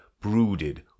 brooded